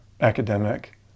academic